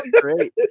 great